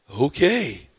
Okay